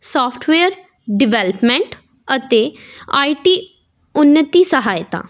software development ਅਤੇ I T ਉੱਨਤੀ ਸਹਾਇਤਾ